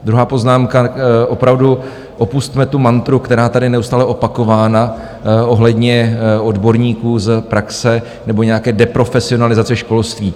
Druhá poznámka: opravdu opusťme tu mantru, která je tady neustále opakována, ohledně odborníků z praxe nebo nějaké deprofesionalizace školství.